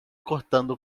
cortando